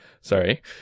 Sorry